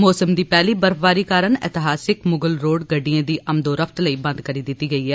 मौसम दी पैह्ली बर्फबारी कारण एतिहासिक मुगल रोड गडि्डएं दी आम्दोरफ्त लेई बंद करी दित्ती गेई ऐ